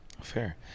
Fair